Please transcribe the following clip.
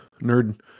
nerd